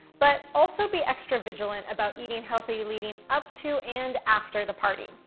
but also be extra vigilant about eating healthy leading up to and after the party.